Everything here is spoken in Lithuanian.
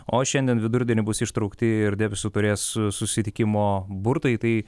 o šiandien vidurdienį bus ištraukti ir deviso taurės susitikimo burtai tai